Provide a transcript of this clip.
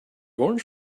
orange